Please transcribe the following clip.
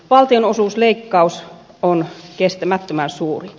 valtionosuusleikkaus on kestämättömän suuri